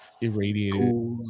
irradiated